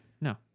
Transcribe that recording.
no